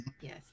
Yes